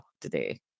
today